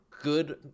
good